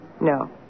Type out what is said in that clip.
No